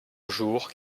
jour